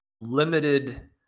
limited